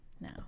now